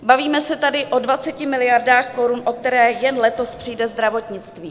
Bavíme se tady o 20 miliardách korun, o které jen letos přijde zdravotnictví.